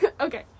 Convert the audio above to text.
Okay